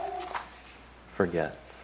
forgets